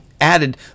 added